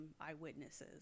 eyewitnesses